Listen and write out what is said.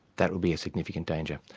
that would be a significant danger.